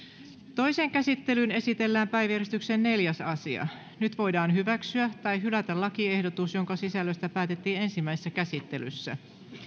toiseen käsittelyyn esitellään päiväjärjestyksen neljäs asia nyt voidaan hyväksyä tai hylätä lakiehdotus jonka sisällöstä päätettiin ensimmäisessä käsittelyssä